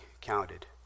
counted